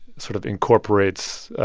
sort of incorporates